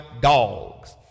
dogs